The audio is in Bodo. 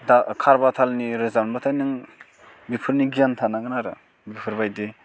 दा काहारबा तालनि रोजाबनोबाथाय नों बेफोरनि गियान थानांगोन आरो बेफोर बायदि